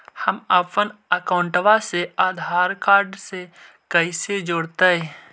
हमपन अकाउँटवा से आधार कार्ड से कइसे जोडैतै?